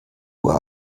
uhr